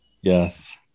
Yes